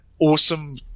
awesome